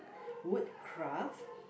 wood craft